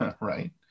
Right